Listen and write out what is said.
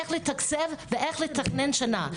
איך לתקצב ואיך לתכנן שנה.